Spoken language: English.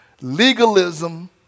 Legalism